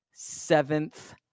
Seventh